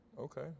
okay